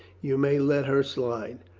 you may let her slide,